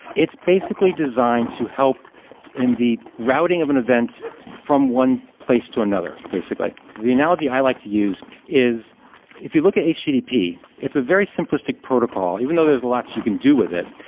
it's basically designed to help in the routing of an event from one place to another basically. the analogy i like to use is if you look at http, it's a very simplistic protocol, even though there's lots you can do with it.